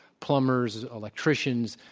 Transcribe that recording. plumbers, electricians,